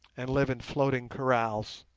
and live in floating kraals.